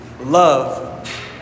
love